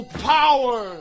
power